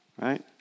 right